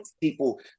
people